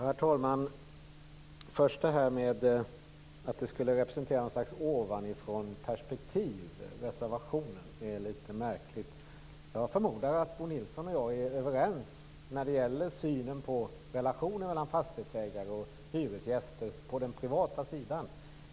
Herr talman! Först till det här med att reservationen skulle representera ett slags ovanifrånperspektiv. Det är litet märkligt. Jag förmodar att Bo Nilsson och jag är överens när det gäller synen på relationen mellan fastighetsägare och hyresgäster på den privata sidan.